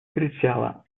кричала